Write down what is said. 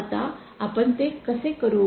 आता आपण ते कसे करू